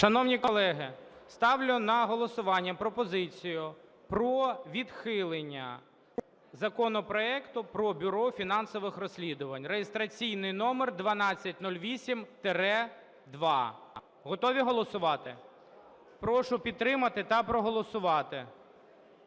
Шановні колеги, ставлю на голосування пропозицію про відхилення законопроекту про Бюро фінансових розслідувань (реєстраційний номер 1208-2). Готові голосувати? Прошу підтримати та проголосувати.